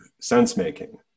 sense-making